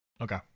Okay